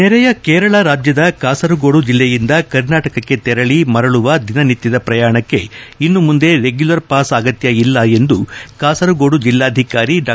ನೆರೆಯ ಕೇರಳ ರಾಜ್ಯದ ಕಾಸರಗೋಡು ಜಿಲ್ಲೆಯಿಂದ ಕರ್ನಾಟಕಕ್ಕೆ ತೆರಳಿ ಮರಳುವ ದಿನನಿತ್ಯದ ಪ್ರಯಾಣಕ್ಕೆ ಇನ್ನು ಮುಂದೆ ರೆಗ್ಗುಲರ್ ಪಾಸ್ ಅಗತ್ಯ ಇಲ್ಲ ಎಂದು ಕಾಸರಗೋಡು ಜಿಲ್ಲಾಧಿಕಾರಿ ಡಾ